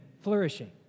flourishing